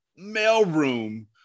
mailroom